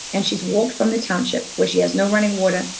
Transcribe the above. and she's walked from the township, where she has no running water,